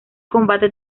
combate